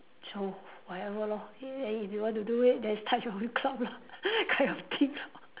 so whatever lor then if you want to do it then start your own club lah kind of thing lor